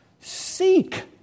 seek